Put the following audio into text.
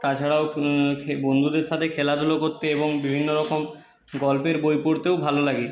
তাছাড়াও বন্ধুদের সাথে খেলাধুলো করতে এবং বিভিন্ন রকম গল্পের বই পড়তেও ভালো লাগে